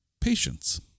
patience